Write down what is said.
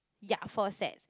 ya four sets